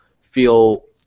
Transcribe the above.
feel